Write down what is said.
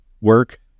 work